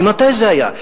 מתי זה היה?